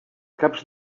caps